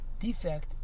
defect